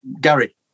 gary